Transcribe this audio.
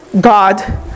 God